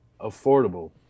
affordable